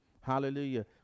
Hallelujah